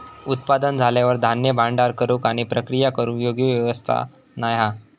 उत्पादन झाल्यार धान्य भांडार करूक आणि प्रक्रिया करूक योग्य व्यवस्था नाय हा